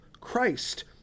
Christ